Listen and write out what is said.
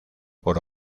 por